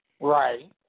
Right